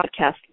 podcast